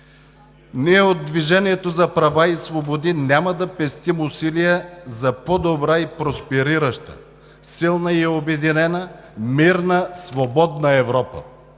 Ние от „Движението за права и свободи“ няма да пестим усилия за по-добра и просперираща, силна и обединена, мирна, свободна Европа.